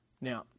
Now